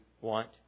want